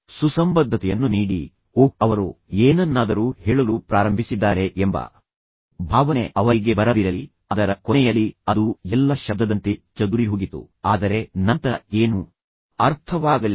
ಸುಸಂಬದ್ಧತೆಯನ್ನು ನೀಡಿ ಓಹ್ ಅವರು ಏನನ್ನಾದರೂ ಹೇಳಲು ಪ್ರಾರಂಭಿಸಿದ್ದಾರೆ ಎಂಬ ಭಾವನೆ ಅವರಿಗೆ ಬರದಿರಲಿ ಅದರ ಕೊನೆಯಲ್ಲಿ ಅದು ಎಲ್ಲಾ ಶಬ್ದದಂತೆ ಚದುರಿಹೋಗಿತ್ತು ಆದರೆ ನಂತರ ಏನೂ ಅರ್ಥವಾಗಲಿಲ್ಲ